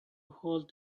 hold